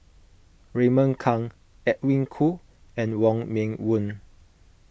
Raymond Kang Edwin Koo and Wong Meng Voon